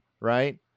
right